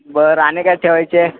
बरं आणि काय ठेवायचे